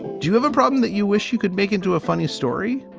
do you have a problem that you wish you could make into a funny story?